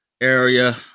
area